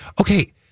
okay